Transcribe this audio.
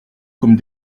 comme